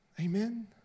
Amen